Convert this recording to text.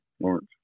lawrence